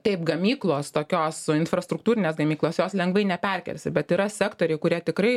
taip gamyklos tokios infrastruktūrinės gamyklos jos lengvai neperkelsi bet yra sektoriai kurie tikrai